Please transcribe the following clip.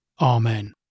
Amen